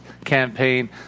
campaign